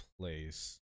place